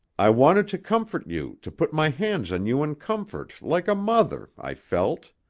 i wanted to comfort you, to put my hands on you in comfort, like a mother, i felt.